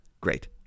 Great